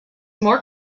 more